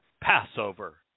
Passover